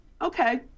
Okay